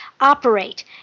operate